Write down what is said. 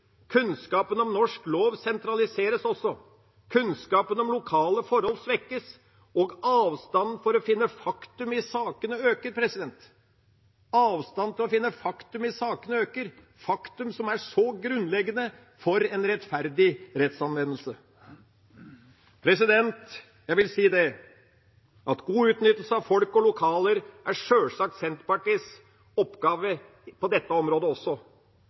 Kunnskapen om norsk lov sentraliseres også. Kunnskapen om lokale forhold svekkes, og avstanden for å finne faktum i sakene øker. Avstanden til å finne faktum i sakene øker – faktum, som er så grunnleggende for en rettferdig rettsanvendelse. Jeg vil si at god utnyttelse av folk og lokaler sjølsagt er Senterpartiets oppgave på dette området også,